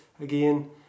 again